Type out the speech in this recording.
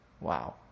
Wow